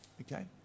Okay